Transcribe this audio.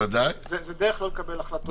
זו דרך לא לקבל החלטות.